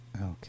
Okay